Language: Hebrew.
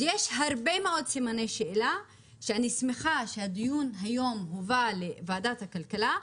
יש הרבה מאוד סימני שאלה ואני שמחה שהדיון היום הובא לוועדת הכלכלה,